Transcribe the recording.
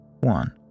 One